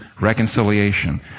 reconciliation